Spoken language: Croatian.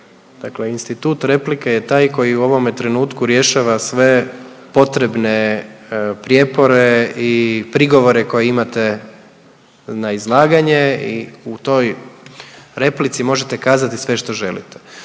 dakle institut replika je taj koji u ovome trenutku rješava sve potrebne prijepore i prigovore koje imate na izlaganje i u toj replici možete kazati sve što želite.